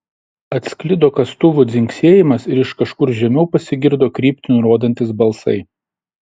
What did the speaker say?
atsklido kastuvų dzingsėjimas ir iš kažkur žemiau pasigirdo kryptį nurodantys balsai